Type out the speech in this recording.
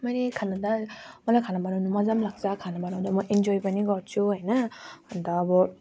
मैले खान त मलाई खाना बनाउन मजा लाग्छ खाना बनाउँदा म इन्जोय पनि गर्छु होइन अन्त अब